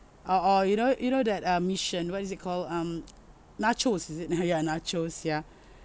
uh or you know you know that uh mission what is it call um nachos is it uh ya nachos ya